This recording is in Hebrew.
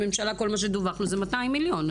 בממשלה כל מה שדווחנו זה 200 מיליון,